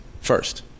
first